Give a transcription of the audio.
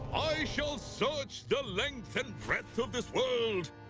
i shall search the length and breadth of this world